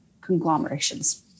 conglomerations